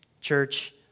Church